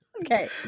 Okay